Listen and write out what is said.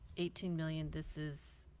eighteen million this is